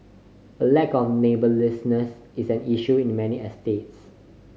a lack of neighbourliness is an issue in many estates